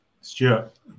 stuart